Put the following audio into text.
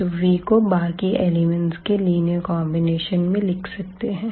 तो vको बाकी एलिमेंट्स के लीनियर कॉन्बिनेशन में लिख सकते हैं